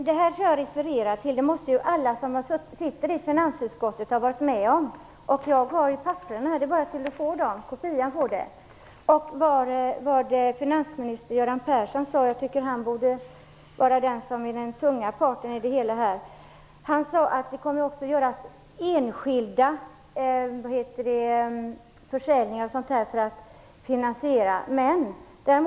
Herr talman! Det som jag refererade till måste ju alla som sitter i finansutskottet ha varit med om. Jag har det i mina papper, och det går bra att få kopior av dem. Jag tycker att finansminister Göran Persson borde vara den tunga parten i det här sammanhanget. Han sade att det också kommer att göras enskilda försäljningar för att finansiera det här.